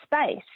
space